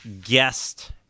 guest